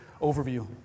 overview